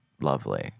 lovely